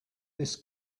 this